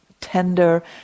tender